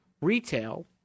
Retail